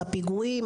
הפיגועים,